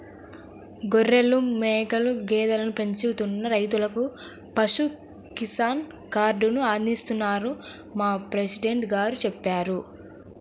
గొర్రెలు, మేకలు, గేదెలను పెంచుతున్న రైతులకు పశు కిసాన్ కార్డుని అందిస్తున్నారని మా ప్రెసిడెంట్ గారు చెప్పారు